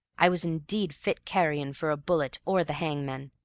i was indeed fit carrion for a bullet or the hangman,